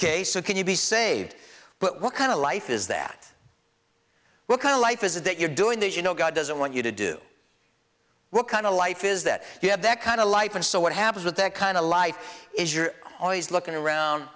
so can you be saved but what kind of life is that what kind of life is it that you're doing that you know god doesn't want you to do what kind of life is that you have that kind of life and so what happens with that kind of life is your choice looking around